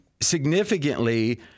significantly